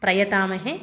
प्रयतामहे